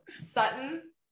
Sutton